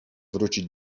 wrócić